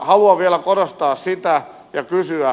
haluan vielä korostaa sitä ja kysyä